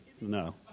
no